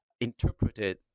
interpreted